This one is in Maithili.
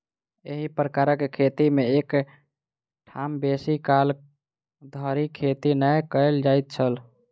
एही प्रकारक खेती मे एक ठाम बेसी काल धरि खेती नै कयल जाइत छल